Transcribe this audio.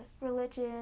religion